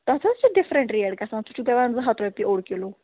تَتھ حظ چھِ ڈفرنٛٹ ریٹ گَژھان سُہ چھُ پٮ۪وان زٕ ہتھ رۄپیہِ اوڑ کِلوٗ